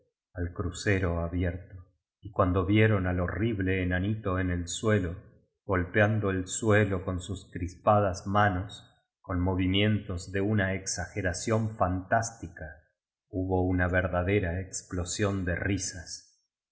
moderna ro abierto y cuando vieron al horrible enanito en el suelo golpeando el suelo con sus crispadas nanos con movimientos de una exageración fantástica hubo una verdadera explosión de risas